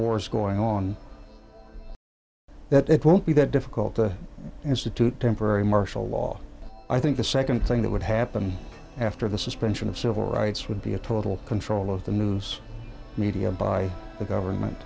wars going on that it won't be that difficult to institute temporary martial law i think the second thing that would happen after the suspension of civil rights would be a total control of the news media by the government